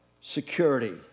security